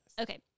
Okay